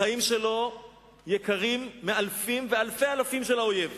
החיים שלו יקרים מאלפים ואלפי-אלפים של האויב,